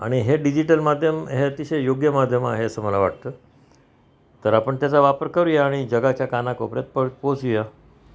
आणि हे डिजिटल माध्यम हे अतिशय योग्य माध्यम आहे असं मला वाटतं तर आपण त्याचा वापर करूया आणि जगाच्या कानाक पोचू या